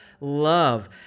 love